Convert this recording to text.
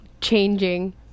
changing